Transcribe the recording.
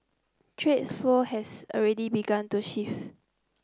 trade flows has already begun to shift